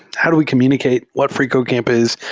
how do we communicate what freecodecamp is?